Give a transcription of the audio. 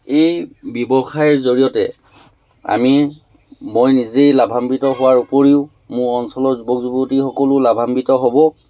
এই ব্যৱসায় জৰিয়তে আমি মই নিজেই লাভাম্বিত হোৱাৰ উপৰিও মোৰ অঞ্চলৰ যুৱক যুৱতীসকলো লাভাম্বিত হ'ব